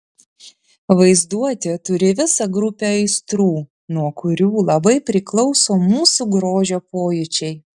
vaizduotė turi visą grupę aistrų nuo kurių labai priklauso mūsų grožio pojūčiai